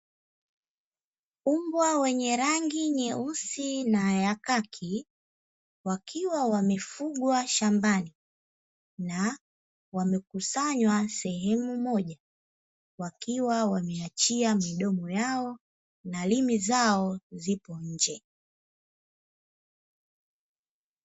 Mbwa wenye rangi nyeusi na ya khaki wakiwa wamefugwa shambani na wamekusanywa sehemu moja, wakiwa wameachia midomo yao na limi zao zipo nje.